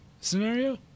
scenario